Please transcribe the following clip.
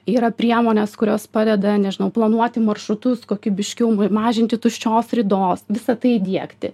yra priemonės kurios padeda nežinau planuoti maršrutus kokybiškiau mažinti tuščios ridos visa tai įdiegti